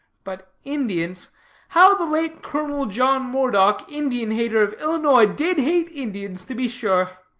but indians how the late colonel john moredock, indian-hater of illinois, did hate indians, to be sure!